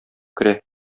керә